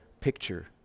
picture